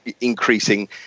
increasing